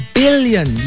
billion